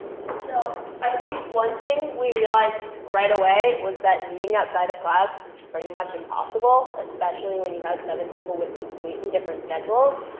so i think one thing we realized right away was that meeting outside of class was pretty much impossible, especially when you have seven people with completely different schedules.